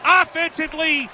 offensively